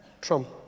Trump